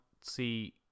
see